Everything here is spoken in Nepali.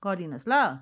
गरिदिनु होस् ल